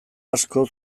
asko